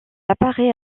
apparaît